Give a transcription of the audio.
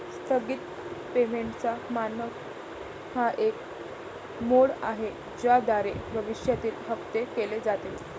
स्थगित पेमेंटचा मानक हा एक मोड आहे ज्याद्वारे भविष्यातील हप्ते केले जातील